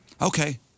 Okay